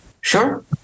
Sure